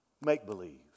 make-believe